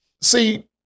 see